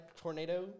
Tornado